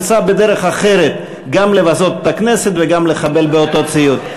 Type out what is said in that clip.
שניסה בדרך אחרת גם לבזות את הכנסת וגם לחבל באותו ציוד.